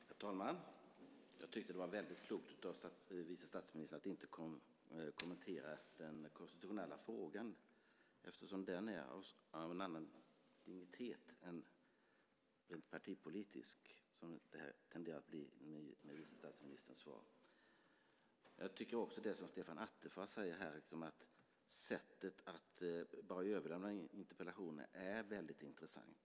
Herr talman! Jag tyckte att det var väldigt klokt av vice statsministern att inte kommentera den konstitutionella frågan eftersom den är av en annan dignitet än den rent partipolitiska, som den här tenderar att bli med vice statsministerns svar. Jag tycker också att det som Stefan Attefall sade om sättet att bara överlämna interpellationen är väldigt intressant.